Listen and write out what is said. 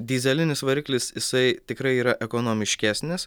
dyzelinis variklis jisai tikrai yra ekonomiškesnis